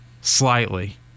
Slightly